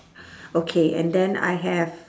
okay and then I have